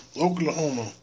Oklahoma